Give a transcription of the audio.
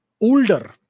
older